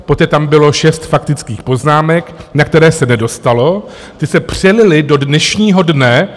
Poté tam bylo šest faktických poznámek, na které se nedostalo, ty se přelily do dnešního dne.